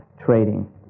trading